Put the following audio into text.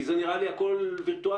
כי זה נראה לי הכול וירטואלי,